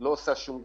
לא עושה שום דבר.